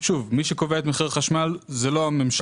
שוב, מי שקובע את מחיר החשמל זאת לא הממשלה.